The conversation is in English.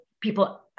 people